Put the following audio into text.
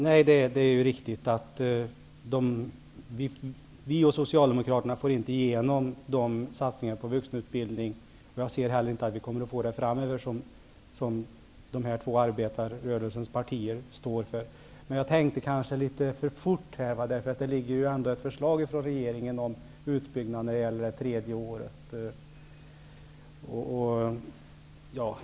Herr talman! Det är riktigt att Vänsterpartiet och Socialdemokraterna inte får igenom dessa satsningar på vuxenutbildning. Jag ser heller inte att vi framöver kommer att kunna få igenom det som arbetarrörelsens två partier står för. Jag tänkte kanske litet för fort. Det finns ändå ett förslag från regeringen om en utbyggnad av det tredje året inom gymnasieskolan.